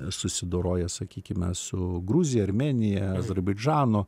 susidoroja sakykime su gruzija armėnija azerbaidžanu